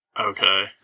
Okay